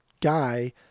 guy